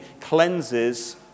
cleanses